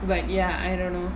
but ya I don't know